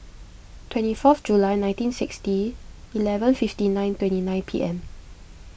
twenty fourth July nineteen sixty eleven fifty nine twenty nine P M